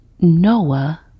Noah